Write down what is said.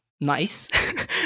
nice